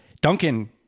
Duncan